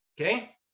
Okay